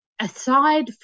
aside